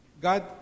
God